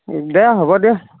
দে হ'ব দে